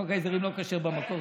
חוק ההסדרים לא כשר במקור.